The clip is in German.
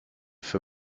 für